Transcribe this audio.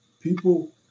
people